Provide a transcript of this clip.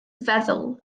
feddwl